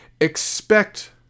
expect